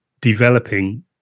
developing